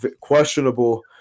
questionable